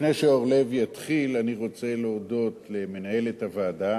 לפני שאורלב יתחיל, אני רוצה להודות למנהלת הוועדה